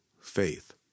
faith